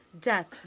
Death